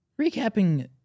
recapping